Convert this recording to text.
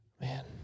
man